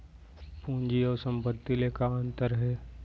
पूंजी अऊ संपत्ति ले का अंतर हे?